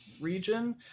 region